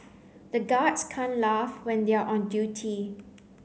the guards can't laugh when they are on duty